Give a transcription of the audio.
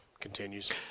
continues